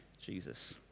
Jesus